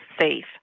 safe